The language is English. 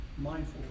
mindful